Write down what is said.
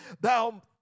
thou